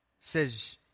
says